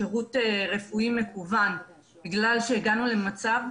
שירות רפואי מקוון בגלל שהגענו למצב,